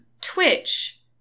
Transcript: Twitch